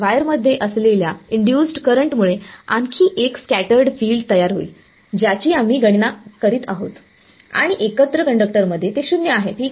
वायरमध्ये असलेल्या induced current मुळे आणखी एक स्कॅटरड् फिल्ड तयार होईल ज्याची आम्ही गणना करीत आहोत आणि एकत्र कंडक्टरमध्ये ते 0 आहे ठीक आहे